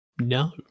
no